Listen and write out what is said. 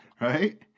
Right